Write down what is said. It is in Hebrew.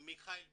מיכאל וידל.